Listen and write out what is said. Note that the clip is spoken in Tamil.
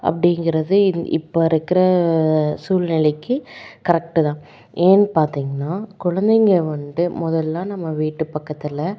அப்படிங்கறது இந் இப்போ இருக்கிற சூல்நிலைக்கு கரெக்ட்டு தான் ஏன்னு பார்த்தீங்கன்னா குழந்தைங்க வந்துட்டு முதல்ல நம்ம வீட்டுப் பக்கத்தில்